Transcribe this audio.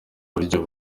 buryo